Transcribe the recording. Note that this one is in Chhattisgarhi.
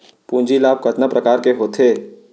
पूंजी लाभ कतना प्रकार के होथे?